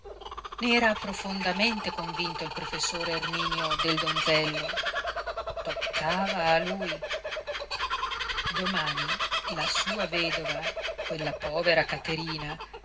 n'era profondamente convinto il professor erminio del donzello toccava a lui domani la sua vedova quella povera caterina